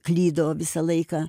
klydo visą laiką